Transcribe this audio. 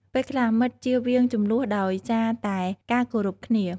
ពេលខ្លះ មិត្តជៀសវាងជម្លោះដោយសារតែការគោរពគ្នា។